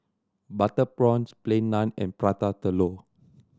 butter prawns Plain Naan and Prata Telur